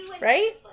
Right